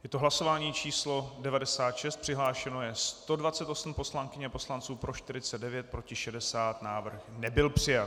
Je to hlasování číslo 96, přihlášeno je 128 poslankyň a poslanců, pro 49, proti 60, návrh nebyl přijat.